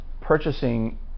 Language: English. purchasing